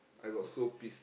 I got so pissed